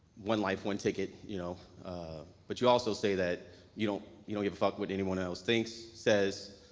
one life one ticket, you know but you also say that you don't you don't give a fuck what anyone else thinks, says,